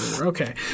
Okay